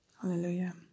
Hallelujah